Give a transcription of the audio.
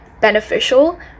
beneficial